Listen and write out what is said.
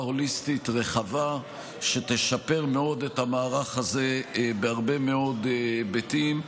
הוליסטית רחבה שתשפר מאוד את המערך הזה בהרבה מאוד היבטים,